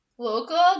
Local